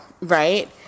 right